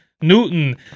Newton